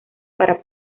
para